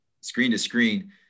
screen-to-screen